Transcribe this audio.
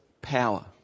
power